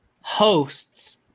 hosts